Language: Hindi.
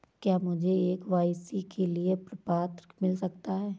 क्या मुझे के.वाई.सी के लिए प्रपत्र मिल सकता है?